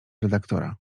redaktora